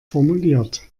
formuliert